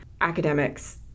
academics